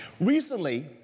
Recently